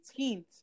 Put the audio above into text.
18th